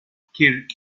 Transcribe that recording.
kirk